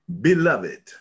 beloved